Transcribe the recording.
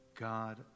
God